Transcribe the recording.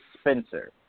Spencer